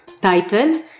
Title